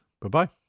Bye-bye